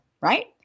right